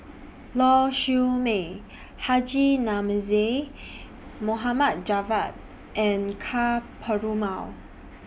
Lau Siew Mei Haji Namazie Mohamed Javad and Ka Perumal